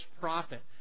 prophet